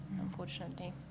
unfortunately